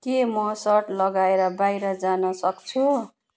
के म सर्ट लगाएर बाहिर जानसक्छु